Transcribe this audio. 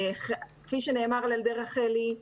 כפי שנאמר על ידי רחלי,